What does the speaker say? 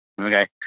Okay